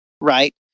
right